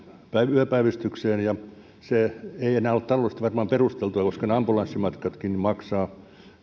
yöpäivystykseen ja se ei enää ole taloudellisesti varmaan perusteltua koska ne ambulanssimatkatkin maksavat